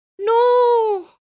No